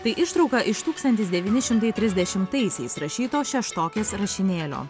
tai ištrauka iš tūkstantis devyni šimtai trisdešimtaisiais rašyto šeštokės rašinėlio